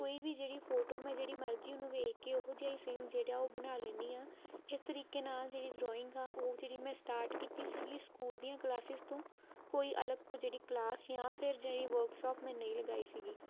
ਕੋਈ ਵੀ ਜਿਹੜੀ ਫੋਟੋ ਮੈਂ ਜਿਹੜੀ ਮਰਜ਼ੀ ਉਹਨੂੰ ਵੇਖ ਕੇ ਉਹੋ ਜਿਹਾ ਹੀ ਸੇਮ ਜਿਹੜਾ ਉਹ ਬਣਾ ਲੈਂਦੀ ਹਾਂ ਇਸ ਤਰੀਕੇ ਨਾਲ ਜਿਹੜੀ ਡਰੋਇੰਗ ਆ ਉਹ ਜਿਹੜੀ ਮੈਂ ਸਟਾਰਟ ਕੀਤੀ ਸੀਗੀ ਸਕੂਲ ਦੀਆਂ ਕਲਾਸਿਜ਼ ਤੋਂ ਕੋਈ ਅਲੱਗ ਤੋਂ ਜਿਹੜੀ ਕਲਾਸ ਯਾਂ ਫਿਰ ਜਿਹੜੀ ਵਰਕਸ਼ਾਪ ਮੈਂ ਨਹੀਂ ਲਗਾਈ ਸੀਗੀ